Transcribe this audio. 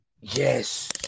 Yes